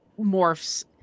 morphs